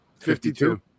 52